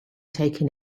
taken